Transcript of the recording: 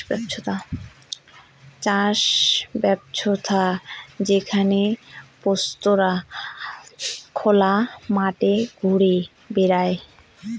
চাষ ব্যবছ্থা যেখানে পশুরা খোলা মাঠে ঘুরে বেড়ায়